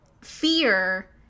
fear